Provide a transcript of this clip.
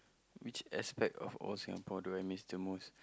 which aspect of all Singapore do I miss the most